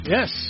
Yes